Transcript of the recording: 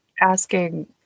asking